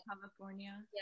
California